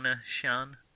Shan